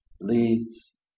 leads